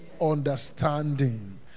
understanding